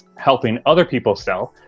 helping other people sell.